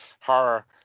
horror